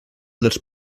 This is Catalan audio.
dels